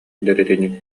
дэриэтинньик